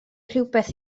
rhywbeth